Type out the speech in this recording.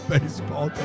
Baseball